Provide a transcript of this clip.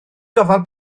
gofal